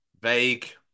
Vague